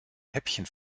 häppchen